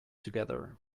together